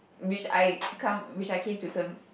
which I come which I came to terms